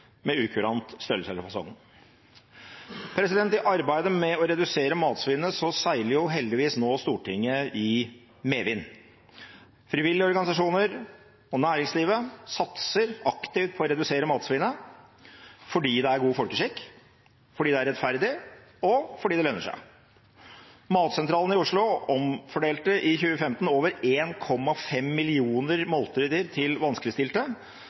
med ukurant størrelse eller fasong.» I arbeidet med å redusere matsvinnet seiler heldigvis Stortinget nå i medvind. Frivillige organisasjoner og næringslivet satser aktivt på å redusere matsvinnet fordi det er god folkeskikk, fordi det er rettferdig, og fordi det lønner seg. Matsentralen i Oslo omfordelte i 2015 over 1,5 millioner måltider til vanskeligstilte,